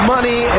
Money